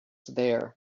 there